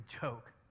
joke